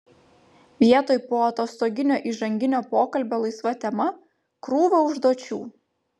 vietoj poatostoginio įžanginio pokalbio laisva tema krūva užduočių